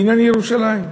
בעניין ירושלים.